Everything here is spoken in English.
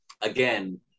again